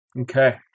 Okay